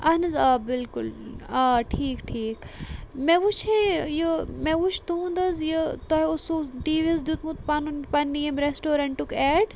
اہن حظ آ بِلکُل آ ٹھیٖک ٹھیٖک مےٚ وٕچھے یہِ مےٚ وٕچھ تُہُنٛد حظ یہِ تۄہہِ اوسو ٹی ویٖیَس دِیُتمُت پنُن پَننہِ ییٚمہِ ریسٹورینٛٹُک ایڈ